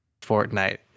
Fortnite